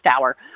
hour